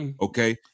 Okay